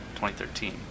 2013